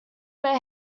where